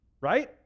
right